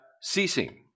ceasing